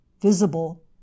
visible